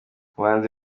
bahanzi